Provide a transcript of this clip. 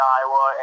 Iowa